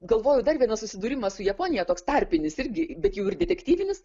galvoju dar vienas susidūrimas su japonija toks tarpinis irgi bet jau ir detektyvinis